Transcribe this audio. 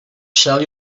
sell